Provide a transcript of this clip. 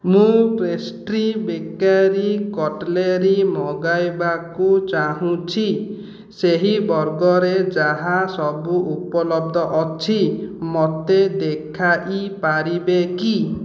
ମୁଁ pastry bakery cutlery ମଗାଇବାକୁ ଚାହୁଁଛି ସେହି ବର୍ଗରେ ଯାହା ସବୁ ଉପଲବ୍ଧ ଅଛି ମୋତେ ଦେଖାଇପାରିବେ କି